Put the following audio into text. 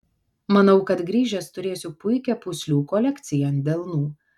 manau kad grįžęs turėsiu puikią pūslių kolekciją ant delnų